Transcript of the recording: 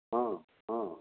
ହଁ ହଁ